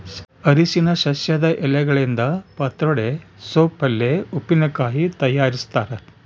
ಅರಿಶಿನ ಸಸ್ಯದ ಎಲೆಗಳಿಂದ ಪತ್ರೊಡೆ ಸೋಪ್ ಪಲ್ಯೆ ಉಪ್ಪಿನಕಾಯಿ ತಯಾರಿಸ್ತಾರ